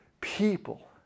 people